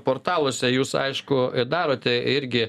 portaluose jūs aišku darote irgi